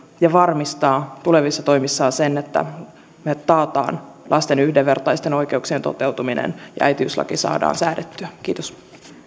ja varmistaa tulevissa toimissaan sen että me takaamme lasten yhdenvertaisten oikeuksien toteutumisen ja äitiyslaki saadaan säädettyä kiitos